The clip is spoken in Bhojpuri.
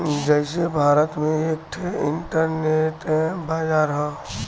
जइसे भारत में एक ठे इन्टरनेट बाजार हौ